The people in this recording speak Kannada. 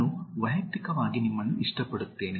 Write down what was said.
ನಾನು ವೈಯಕ್ತಿಕವಾಗಿ ನಿಮ್ಮನ್ನು ಇಷ್ಟಪಡುತ್ತೇನೆ